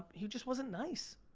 he just wasn't nice.